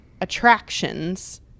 attractions